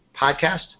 podcast